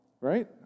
right